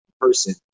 person